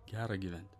gera gyventi